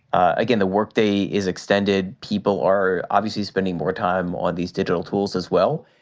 again, the workday is extended people are obviously spending more time on these digital tools as well.